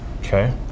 okay